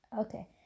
Okay